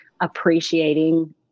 appreciating